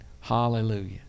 hallelujah